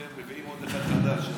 לכן מביאים עוד אחד חדש שימשיך.